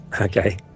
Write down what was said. Okay